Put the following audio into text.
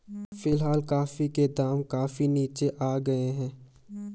फिलहाल कॉफी के दाम काफी नीचे आ गए हैं